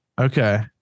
Okay